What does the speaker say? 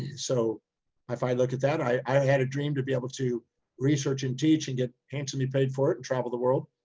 so if i look at that. i had a dream to be able to research and teach and get handsomely paid for it and travel the world.